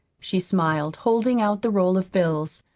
she smiled, holding out the roll of bills.